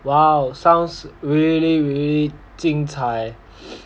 !wow! sounds really really 精彩